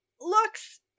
looks